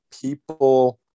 people